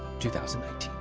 two thousand